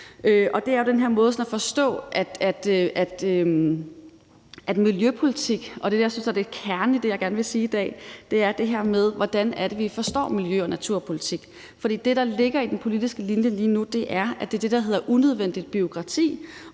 meget, der bare kører af sig selv. Og det er jo det, jeg synes er hele kernen i det, jeg gerne vil sige i dag, altså hvordan det er, vi forstår miljø- og naturpolitikken. For det, der ligger i den politiske linje lige nu, er, at det er det, der hedder unødvendigt bureaukrati,